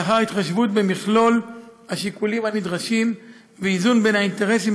ולאחר התחשבות במכלול השיקולים הנדרשים ואיזון בין האינטרסים